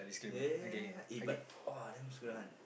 yeah eh but !wah! damn screwed one